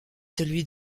celui